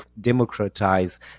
democratize